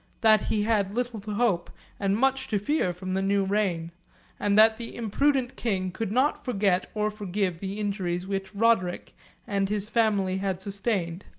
that he had little to hope and much to fear from the new reign and that the imprudent king could not forget or forgive the injuries which roderic and his family had sustained.